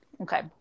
okay